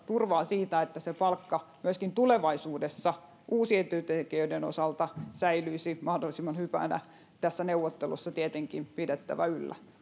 turvaa siitä että se palkka myöskin tulevaisuudessa uusien työntekijöiden osalta säilyisi mahdollisimman hyvänä tässä neuvottelussa tietenkin pidettävä yllä